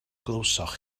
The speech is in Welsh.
glywsoch